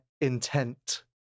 intent